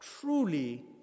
truly